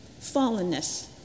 fallenness